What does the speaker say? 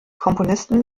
komponisten